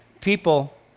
people